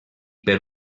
per